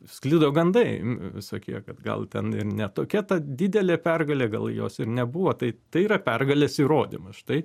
sklido gandai visokie kad gal ten ir ne tokia ta didelė pergalė gal jos ir nebuvo tai tai yra pergalės įrodymas štai